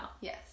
Yes